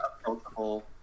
approachable